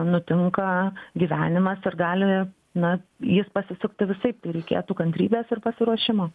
nutinka gyvenimas ir gali na jis pasisukti visaip tai reikėtų kantrybės ir pasiruošimo